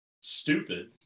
stupid